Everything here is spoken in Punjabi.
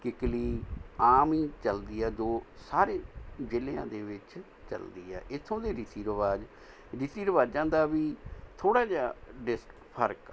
ਕਿੱਕਲੀ ਆਮ ਹੀ ਚੱਲਦੀ ਆ ਦੋ ਸਾਰੇ ਜ਼ਿਲ੍ਹਿਆਂ ਦੇ ਵਿੱਚ ਚੱਲਦੀ ਆ ਇੱਥੋਂ ਦੇ ਰੀਤੀ ਰਿਵਾਜ਼ ਰੀਤੀ ਰਿਵਾਜ਼ਾਂ ਦਾ ਵੀ ਥੋੜ੍ਹਾ ਜਿਹਾ ਡਿਸ ਫਰਕ ਆ